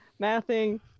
Mathing